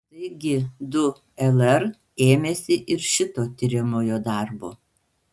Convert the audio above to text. taigi du lr ėmėsi ir šito tiriamojo darbo